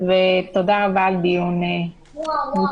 ותודה רבה על דיון מוצלח.